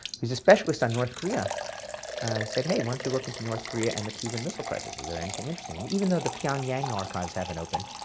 who's a specialist on north korea. i said, hey, why don't you look into north korea and the cuban missile crisis. is there anything interesting? and even though the pyongyang archives haven't opened,